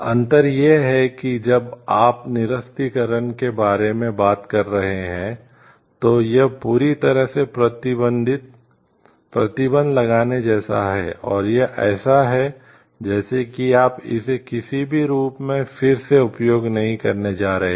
अंतर यह है कि जब आप निरस्त्रीकरण के बारे में बात कर रहे हैं तो यह पूरी तरह से प्रतिबंध लगाने जैसा है और यह ऐसा है जैसे कि आप इसे किसी भी रूप में फिर से उपयोग नहीं करने जा रहे हैं